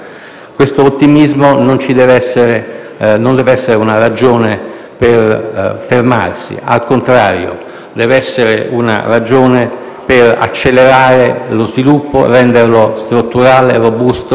verificato - non deve essere una ragione per fermarsi: al contrario, deve essere una ragione per accelerare lo sviluppo e renderlo strutturale e robusto;